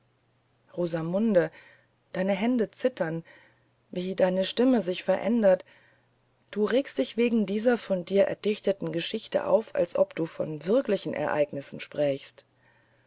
rosamunde wie deine hände zittern wie deine stimme sich verändert du regst dich wegen dieser von dir erdichteten geschichte auf als ob du von wirklichen ereignissensprächst